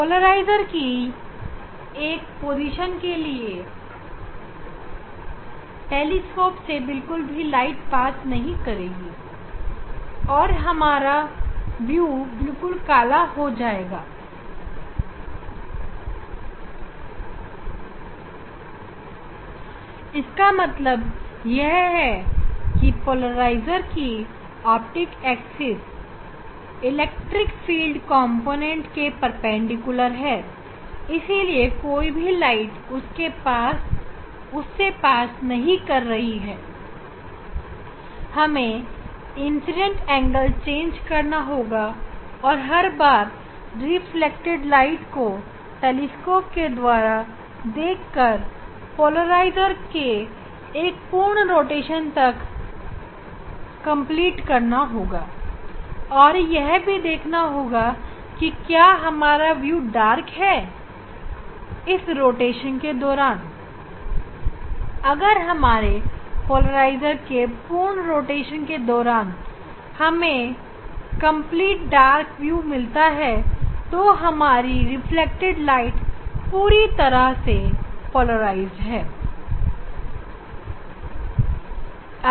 polariser के एक स्थान के लिए टेलीस्कोपसे बिल्कुल भी प्रकाश पास नहीं करेगी और हमारा व्यू बिल्कुल काला होगा इसका मतलब यह है की पोलराइजर की ऑप्टिक एक्सिस इलेक्ट्रिक कॉम्पोनेंट के परपेंडिकुलर है इसीलिए कोई भी प्रकाश उससे पास नहीं कर रही है हमें इंसीडेंट एंगल को बदल कर हर बार रिफ्लेक्टेड प्रकाश को टेलीस्कोपके द्वारा देखकर पोलराइजर के एक पूर्ण रोटेशन तक देखना होगा और यह भी देखना होगा कि क्या इस रोटेशन के दौरान हमारा व्यू काला हुआ या नहीं अगर हमारे पोलराइजर के पूर्ण रोटेशन के दौरान हमें पूर्ण काला दृश्य मिलता है तो हमारी रिफ्लेक्टेड प्रकाश पूरी तरह से पोलराइज्ड है